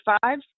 five